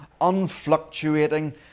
unfluctuating